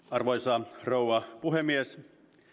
arvoisa rouva puhemies